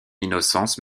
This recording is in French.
innocence